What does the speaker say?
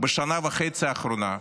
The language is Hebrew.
בשנה וחצי האחרונות: